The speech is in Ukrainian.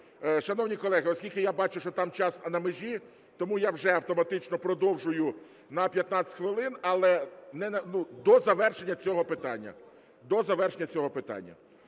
Шановні колеги, оскільки я бачу, що там час на межі, тому я вже автоматично продовжую на 15 хвилин, але до завершення цього питання.